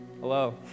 hello